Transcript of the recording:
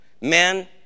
Men